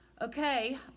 Okay